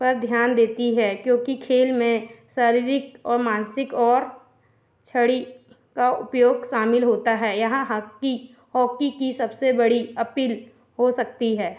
पर ध्यान देती है क्योंकि खेल में शारीरिक और मानसिक और छड़ी का उपयोग शामिल होता है यह हाकी हॉकी की सबसे बड़ी अपील हो सकती है